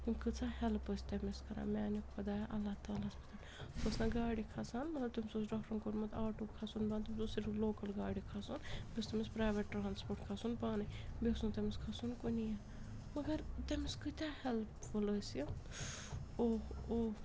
تِم کۭژاہ ہٮ۪لپ ٲس تٔمِس کَران میٛانہِ خۄدایا اللہ تعالیٰ ہس پتھ سُہ اوس نَہ گاڑِ کھَسان مطلب تٔمِس اوس ڈاکٹرَن کوٚرمُت آٹوٗ کھَسُن بنٛد تٔمِس اوس صرف لوکَل گاڑِ کھَسُن بیٚیہِ اوس تٔمِس پرٛٮ۪ویٹ ٹرٛانٛسپوٹ کھَسُن پانَے بیٚیہِ اوس نہٕ تٔمِس کھَسُن کُنی مگر تٔمِس کۭتیٛاہ ہٮ۪لٕپفُل ٲسۍ یِم اوٚہ اوٚہ